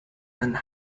and